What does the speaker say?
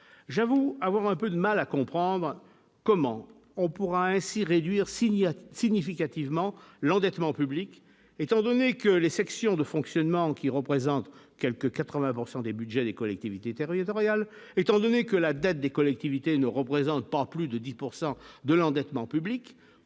j'avoue avoir un peu de mal à comprendre comment on pourra ainsi réduire signatures significativement l'endettement public étant donné que les sections de fonctionnement qui représentent quelque 80 pourcent des Budgets des collectivités territoriales, étant donné que la dette des collectivités ne représente pas plus de 10 pourcent de l'endettement public,